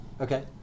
Okay